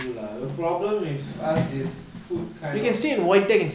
true lah the problem with us is food kind of